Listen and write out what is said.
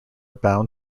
bound